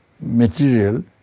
material